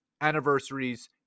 anniversaries